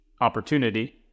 opportunity